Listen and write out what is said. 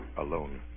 alone